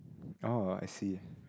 oh I see